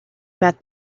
met